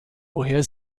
woher